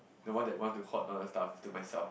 the one that want to hot all the stuff to myself